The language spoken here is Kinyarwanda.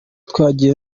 twagiye